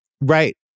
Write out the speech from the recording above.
Right